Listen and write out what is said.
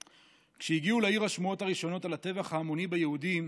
"כשהגיעו לעיר השמועות הראשונות על הטבח ההמוני ביהודים